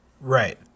Right